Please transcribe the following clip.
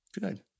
Good